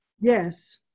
Yes